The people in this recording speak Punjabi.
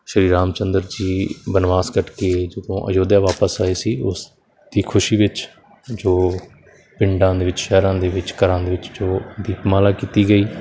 ਸ਼੍ਰੀ ਰਾਮ ਚੰਦਰ ਜੀ ਬਨਵਾਸ ਕੱਟ ਕੇ ਜਦੋਂ ਅਯੋਧਿਆ ਵਾਪਿਸ ਆਏ ਸੀ ਉਸ ਦੀ ਖੁਸ਼ੀ ਵਿੱਚ ਜੋ ਪਿੰਡਾਂ ਦੇ ਵਿੱਚ ਸ਼ਹਿਰਾਂ ਦੇ ਵਿੱਚ ਘਰਾਂ ਦੇ ਵਿੱਚ ਜੋ ਦੀਪਮਾਲਾ ਕੀਤੀ ਗਈ